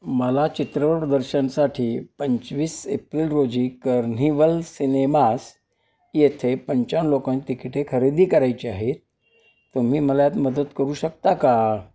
मला चित्रपटदर्शनसाठी पंचवीस एप्रिल रोजी कर्निव्हल सिनेमास येथे पंच्याण्णव लोकां तिकिटे खरेदी करायचे आहे तुम्ही मदत मदत करू शकता का